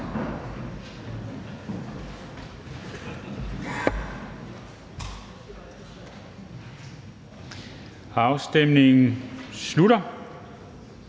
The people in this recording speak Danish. Afstemningen slutter.